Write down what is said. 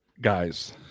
Guys